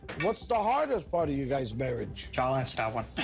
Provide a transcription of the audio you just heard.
what's the hardest part of you guys' marriage? i'll answer that one.